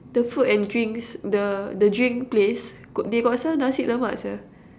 the food and drinks the the drink place got they got sell Nasi-Lemak sia